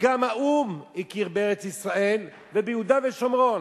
שגם האו"ם הכיר בארץ-ישראל, וביהודה ושומרון.